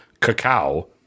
Cacao